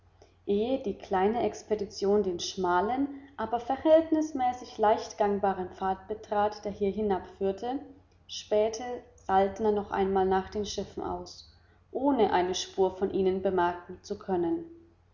die kleine expedition den schmalen aber verhältnismäßig leicht gangbaren pfad betrat der hier hinabführte spähte saltner noch einmal nach den schiffen aus ohne eine spur von ihnen bemerken zu können